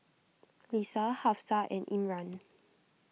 Lisa Hafsa and Imran